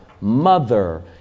mother